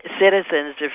citizens